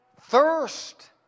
thirst